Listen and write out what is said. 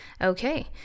Okay